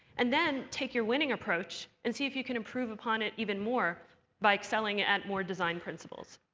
and then, take your winning approach, and see if you can improve upon it even more by excelling at more design principles.